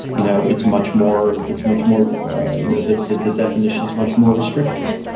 you know, it's much more it's much more you know that the the definition is much more restrictive.